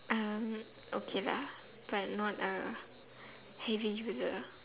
um okay lah but not a heavy user